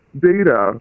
data